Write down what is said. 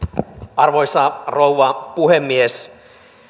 arvoisa rouva puhemies